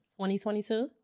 2022